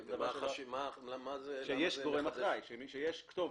זה אומר שיש גורם אחראי, שיש כתובת,